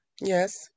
Yes